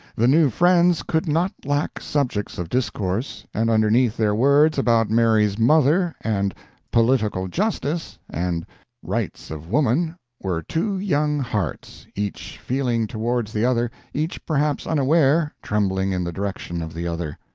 the new friends could not lack subjects of discourse, and underneath their words about mary's mother, and political justice and rights of woman were two young hearts, each feeling towards the other, each perhaps unaware, trembling in the direction of the other.